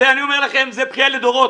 אני אומר לכם, זה בכייה לדורות.